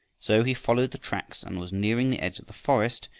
so he followed the tracks and was nearing the edge of the forest,